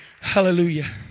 hallelujah